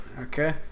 okay